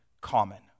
common